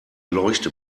leuchte